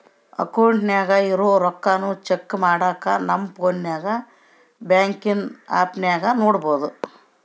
ಅಕೌಂಟಿನಾಗ ಇರೋ ರೊಕ್ಕಾನ ಚೆಕ್ ಮಾಡಾಕ ನಮ್ ಪೋನ್ನಾಗ ಬ್ಯಾಂಕಿನ್ ಆಪ್ನಾಗ ನೋಡ್ಬೋದು